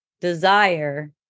desire